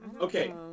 Okay